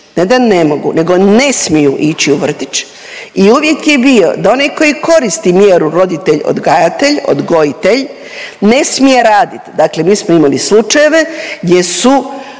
Ne da ne mogu, nego ne smiju ići u vrtić. I uvjet je bio da onaj koji koristi mjeru roditelj odgajatelj, odgojitelj ne smije raditi. Dakle, mi smo imali slučajeve gdje su,